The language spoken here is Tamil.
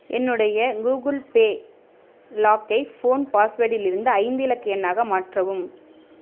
என்னுடைய கூகிள் பே லாக்கை ஃபோன் பாஸ்வேர்டிலிருந்து ஐந்து இலக்கு எண்ணாக மாற்றவும்